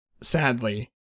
sadly